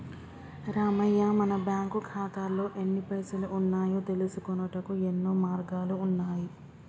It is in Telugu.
రామయ్య మన బ్యాంకు ఖాతాల్లో ఎన్ని పైసలు ఉన్నాయో తెలుసుకొనుటకు యెన్నో మార్గాలు ఉన్నాయి